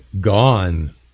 gone